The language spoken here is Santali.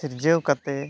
ᱥᱤᱨᱡᱟᱹᱣ ᱠᱟᱛᱮ